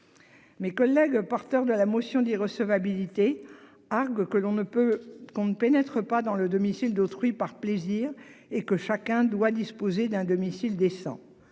Mes collègues porteurs de la motion d'irrecevabilité, argue que l'on ne peut qu'on ne pénètre pas dans le domicile d'autrui par plaisir et que chacun doit disposer d'un domicile descend.